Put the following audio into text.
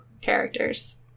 characters